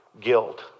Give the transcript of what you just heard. guilt